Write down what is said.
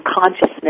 consciousness